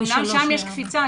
אומנם שם יש קפיצה,